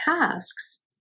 tasks